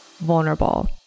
vulnerable